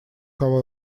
кого